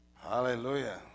Hallelujah